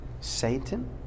Satan